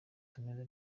tumeze